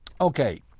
Okay